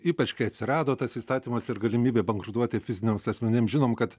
ypač kai atsirado tas įstatymas ir galimybė bankrutuoti fiziniams asmenims žinome kad